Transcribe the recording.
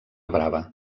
brava